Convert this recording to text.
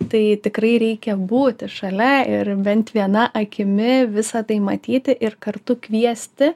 tai tikrai reikia būti šalia ir bent viena akimi visa tai matyti ir kartu kviesti